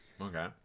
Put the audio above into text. Okay